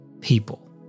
people